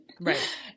Right